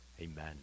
Amen